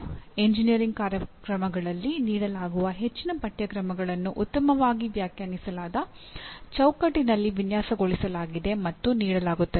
engineering ಕಾರ್ಯಕ್ರಮಗಳಲ್ಲಿ ನೀಡಲಾಗುವ ಹೆಚ್ಚಿನ ಪಠ್ಯಕ್ರಮಗಳನ್ನು ಉತ್ತಮವಾಗಿ ವ್ಯಾಖ್ಯಾನಿಸಲಾದ ಚೌಕಟ್ಟಿನಲ್ಲಿ ವಿನ್ಯಾಸಗೊಳಿಸಲಾಗಿದೆ ಮತ್ತು ನೀಡಲಾಗುತ್ತದೆ